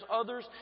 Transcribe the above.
others